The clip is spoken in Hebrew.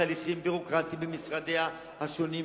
תהליכים ביורוקרטיים במשרדים השונים,